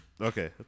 Okay